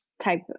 type